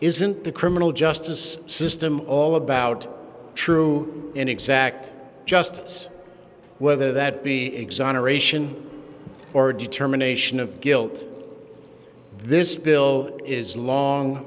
isn't the criminal justice system all about true and exact justice whether that be exoneration or a determination of guilt this bill is long